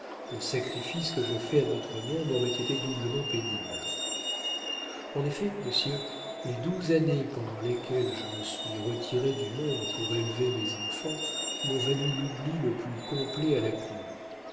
le sacrifice que je fais à notre nom m'aurait été doublement pénible en effet monsieur les douze années pendant lesquelles je me suis retiré du monde pour élever mes enfants m'ont valu l'oubli le plus complet à la cour